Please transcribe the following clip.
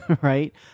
right